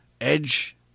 Edge